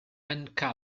and